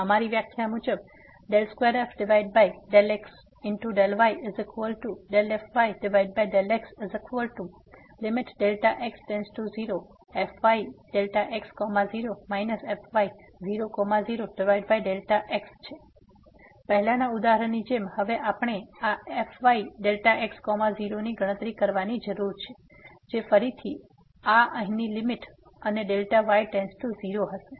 અમારી વ્યાખ્યા મુજબ 2f∂x∂yfy∂xfyΔx0 fy00Δx અને પહેલાના ઉદાહરણની જેમ હવે આપણે આ fyΔx0 ની ગણતરી કરવાની જરૂર છે જે ફરીથી આ અહીંની લીમીટ અને Δy→0 હશે